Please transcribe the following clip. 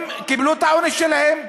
הם קיבלו את העונש שלהם.